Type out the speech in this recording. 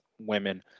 women